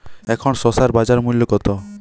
এখন শসার বাজার মূল্য কত?